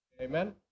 amen